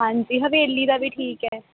ਹਾਂਜੀ ਹਵੇਲੀ ਦਾ ਵੀ ਠੀਕ ਹੈ